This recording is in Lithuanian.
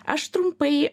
aš trumpai